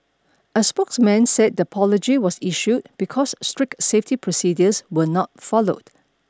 a spokesman said the apology was issued because strict safety procedures were not followed